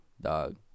dog